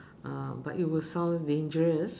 uh but it will sound dangerous